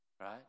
Right